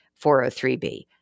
403B